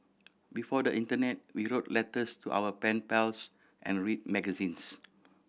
before the internet we wrote letters to our pen pals and read magazines